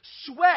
Sweat